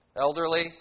Elderly